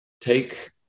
take